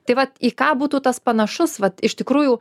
taip vat į ką būtų tas panašus vat iš tikrųjų